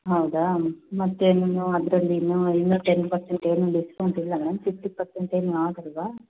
ಹೌದಾ ಮತ್ತೆ ನೀವು ಅದರಲ್ಲಿನ್ನೂ ಇನ್ನೂ ಟೆನ್ ಪರ್ಸೆಂಟ್ ಏನೂ ಡಿಸ್ಕೌಂಟ್ ಇಲ್ವಾ ಮೇಡಮ್ ಫಿಫ್ಟಿ ಪರ್ಸೆಂಟ್ ಏನೂ ಆಗಲ್ವಾ